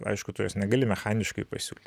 aišku tu jos negali mechaniškai pasiūlyt